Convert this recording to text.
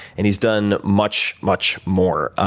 and he's done much, much more.